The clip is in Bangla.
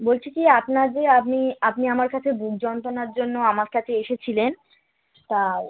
বলছি কি আপনার যে আপনি আপনি আমার কাছে বুক যন্ত্রণার জন্য আমার কাছে এসেছিলেন তা